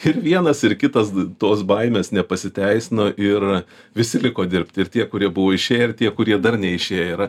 ir vienas ir kitas tos baimės nepasiteisino ir visi liko dirbt ir tie kurie buvo išėję ir tie kurie dar neišėję yra